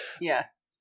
yes